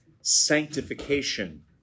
sanctification